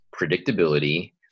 predictability